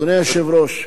אדוני היושב-ראש,